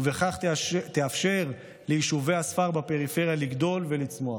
ובכך תאפשר ליישובי הספר בפריפריה לגדול ולצמוח.